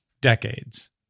decades